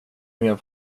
med